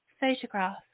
photograph